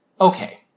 okay